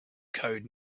code